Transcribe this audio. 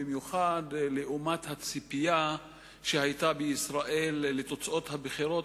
במיוחד לעומת הציפייה שהיתה בישראל לתוצאות הבחירות,